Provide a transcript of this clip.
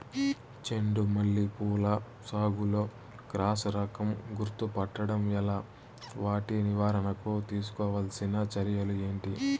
చెండు మల్లి పూల సాగులో క్రాస్ రకం గుర్తుపట్టడం ఎలా? వాటి నివారణకు తీసుకోవాల్సిన చర్యలు ఏంటి?